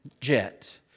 jet